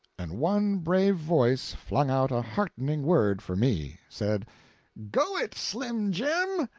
and one brave voice flung out a heartening word for me said go it, slim jim!